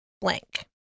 blank